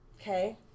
Okay